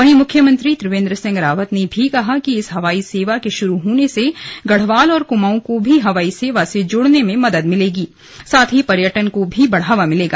वहीं मुख्यमंत्री त्रिवेन्द्र सिंह रावत ने कहा कि इस हवाई सेवा के शुरू होने से गढ़वाल और कुमाऊं को हवाई सेवा से जोड़ने में मदद मिलेगी साथ ही पर्यटन को भी बढ़ावा मिलेगा